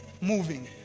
moving